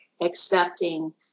accepting